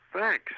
Thanks